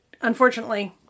unfortunately